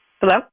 Hello